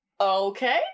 okay